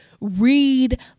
read